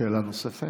שאלה נוספת?